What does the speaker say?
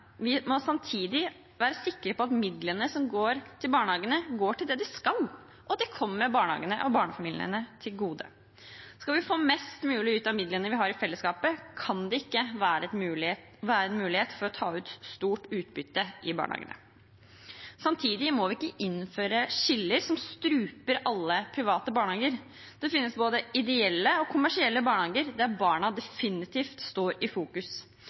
Vi må samtidig være sikre på at midlene som går til barnehagene, går til det de skal, og at de kommer barnehagene og barnefamiliene til gode. Skal vi få mest mulig ut av midlene vi har i fellesskapet, kan det ikke være mulighet for å ta ut stort utbytte i barnehagene. Samtidig må vi ikke innføre skiller som struper alle private barnehager. Det finnes både ideelle og kommersielle private barnehager der barna definitivt står i fokus.